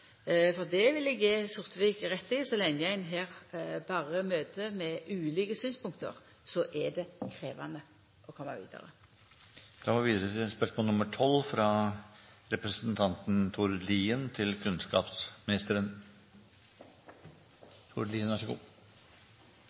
for det vil eg gje Sortevik rett i, at så lenge ein berre møter med ulike synspunkt, er det krevjande å koma vidare. «Regjeringens forslag om å flytte Norges veterinærhøgskole og Veterinærinstituttet fra Adamstuen til